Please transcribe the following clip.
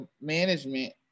management